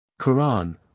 Quran